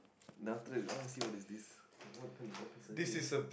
then after that I want to see what is this what kind of topics are here